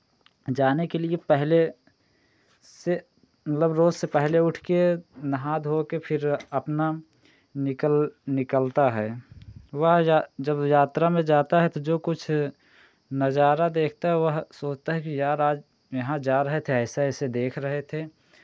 जाने के लिए पहले से मतलब रोज़ से पहले उठ के नहा धो के फिर अपना निकल निकलता है वह या जब यात्रा में जाता है तो जो कुछ नज़ारा देखता है वह सोचता है कि यार आज यहाँ जा रहे थे ऐसे ऐसे देख रहे थे